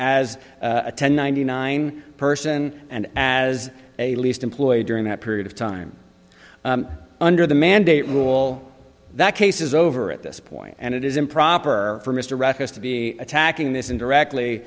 an as a ten ninety nine person and as a least employed during that period of time under the mandate rule that case is over at this point and it is improper for mr ruckus to be attacking this in directly